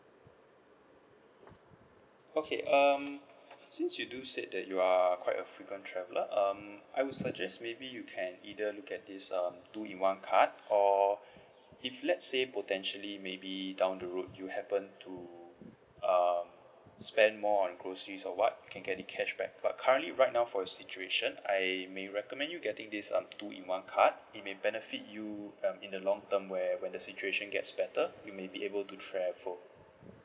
okay um since you do said that you are are quite a frequent traveller um I will suggest maybe you can either look at this um two in one card or if let's say potentially maybe down the road you happen to um spend more on groceries or what you can get the cashback but currently right now for your situation I may recommend you getting this um two two-in-one card it may benefit you um in the long term where where the situation gets better you may be able to travel